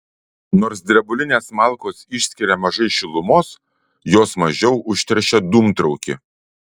nors drebulinės malkos išskiria mažai šilumos jos mažiau užteršia dūmtraukį